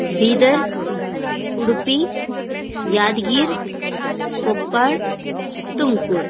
Bidar Udupi Yadgir Koppal Tumkur